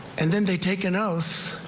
and then they take an oath.